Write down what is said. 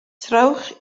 trowch